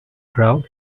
crowd